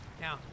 Now